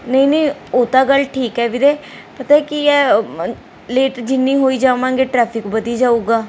ਨਹੀਂ ਨਹੀਂ ਉਹ ਤਾਂ ਗੱਲ ਠੀਕ ਹੈ ਵੀਰੇ ਪਤਾ ਕੀ ਹੈ ਲੇਟ ਜਿੰਨੀ ਹੋਈ ਜਾਵਾਂਗੇ ਟਰੈਫਿਕ ਵਧੀ ਜਾਊਗਾ